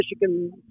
Michigan